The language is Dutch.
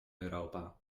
europa